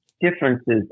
differences